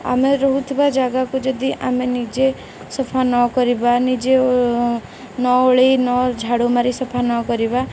ଆମେ ରହୁଥିବା ଜାଗାକୁ ଯଦି ଆମେ ନିଜେ ସଫା ନ କରିବା ନିଜେ ନ ଓଳାଇ ନ ଝାଡ଼ୁ ମାରି ସଫା ନ କରିବା